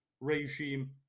regime